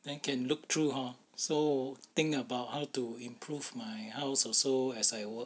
then can look through hor so think about how to improve my house also as I work